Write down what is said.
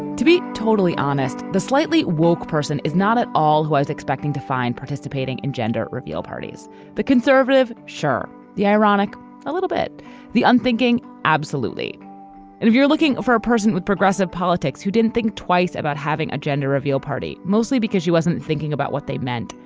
to be totally honest the slightly wolk person is not at all who i was expecting to find participating in gender reveal parties the conservative sure the ironic a little bit the unthinking absolutely and if you're looking for a person with progressive politics who didn't think twice about having a gender reveal party mostly because he wasn't thinking about what they meant.